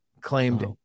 claimed